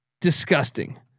disgusting